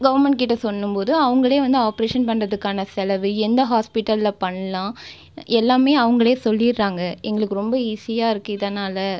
government கிட்ட சொன்னும்போது அவர்களே வந்து ஆப்ரேஷன் பண்ணுறதுக்கான செலவு எந்த ஹாஸ்ப்பிட்டலில் பண்ணலாம் எல்லாமே அவர்களே சொல்லிவிடுறாங்க எங்களுக்கு ரொம்ப ஈஸியாக இருக்குது இதனால்